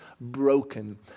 broken